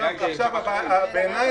הבעיה היא